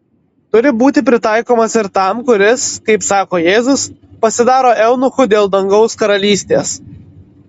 turi būti pritaikomas ir tam kuris kaip sako jėzus pasidaro eunuchu dėl dangaus karalystės